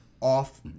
off